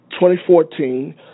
2014